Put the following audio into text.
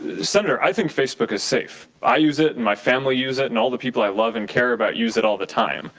senator, i think facebook is safe. i use it, my family use it and all the people i love and care about use it all the time.